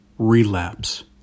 relapse